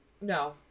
no